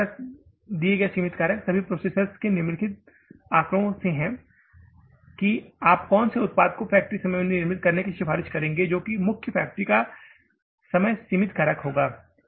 हमारे द्वारा दिए गए सीमित कारक सभी प्रोसेसर के निम्नलिखित आंकड़ों से है कि आप कौन से उत्पाद को फैक्ट्री समय में निर्मित करने की सिफारिश करेंगे जो कि मुख्य फैक्ट्री का समय सीमित कारक होगा